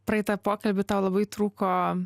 praeitą pokalbį tau labai trūko